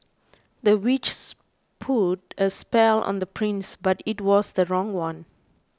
the witches put a spell on the prince but it was the wrong one